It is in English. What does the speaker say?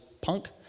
punk